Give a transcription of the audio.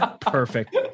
perfect